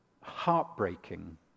heartbreaking